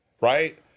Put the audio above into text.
Right